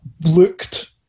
looked